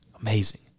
Amazing